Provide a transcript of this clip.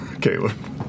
Caleb